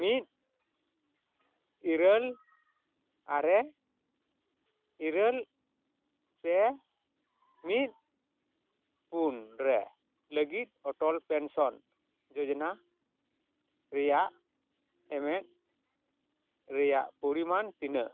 ᱢᱤᱫ ᱤᱨᱟᱹᱞ ᱟᱨᱮ ᱤᱨᱟᱹᱞ ᱯᱮ ᱢᱤᱫ ᱯᱩᱱ ᱨᱮ ᱞᱟᱹᱜᱤᱫ ᱚᱴᱚᱞ ᱯᱮᱱᱥᱚᱱ ᱡᱳᱡᱽᱱᱟ ᱨᱮᱭᱟᱜ ᱮᱢᱮᱫ ᱨᱮᱭᱟᱜ ᱯᱚᱨᱤᱢᱟᱱ ᱛᱤᱱᱟᱹᱜ